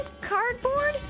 cardboard